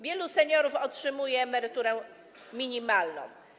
Wielu seniorów otrzymuje emeryturę minimalną.